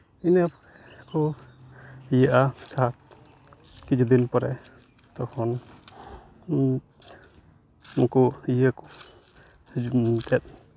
ᱱᱤᱭᱟᱹ ᱠᱚ ᱤᱭᱟᱹᱜᱼᱟ ᱥᱟᱛ ᱠᱤᱪᱷᱩ ᱫᱤᱱ ᱯᱚᱨᱮ ᱛᱚᱠᱷᱚᱱ ᱱᱩᱠᱩ ᱤᱭᱟᱹ ᱠᱚ ᱦᱟᱹᱡᱩᱜ ᱧᱩᱢ ᱮᱱᱛᱮᱫ